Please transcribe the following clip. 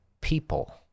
people